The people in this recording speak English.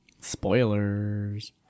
Spoilers